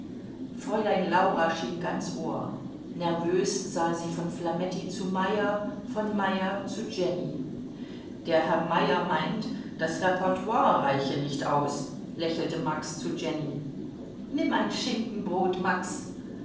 fräulein laura schien ganz ohr nervös sah sie von flametti zu meyer von meyer zu jenny der herr meyer meint das repertoire reiche nicht aus lächelte max zu jenny nimm ein schinkenbrot max